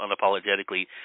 unapologetically